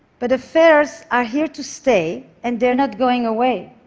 but affairs are here to stay, and they're not going away.